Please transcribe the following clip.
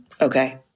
Okay